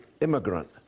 immigrant